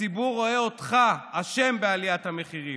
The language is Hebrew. הציבור רואה אותך אשם בעליית המחירים.